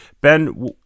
Ben